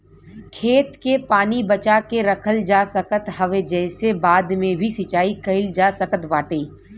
खेत के पानी बचा के रखल जा सकत हवे जेसे बाद में भी सिंचाई कईल जा सकत बाटे